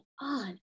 on